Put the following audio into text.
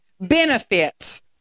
benefits